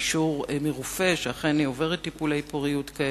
אישור מרופא שהיא אכן עוברת טיפולי פוריות כאלה,